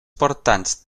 portants